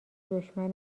دشمن